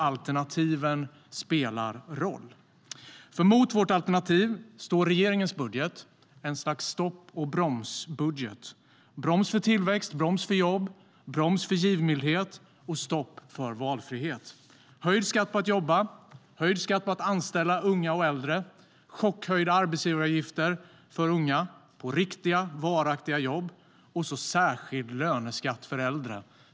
Alternativen spelar roll. Det är höjd skatt på att jobba och höjd skatt på att anställa unga och äldre. Det är chockhöjda arbetsgivaravgifter för unga på riktiga, varaktiga jobb och särskild löneskatt för äldre.